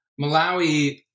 Malawi